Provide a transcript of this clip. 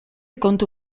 kontu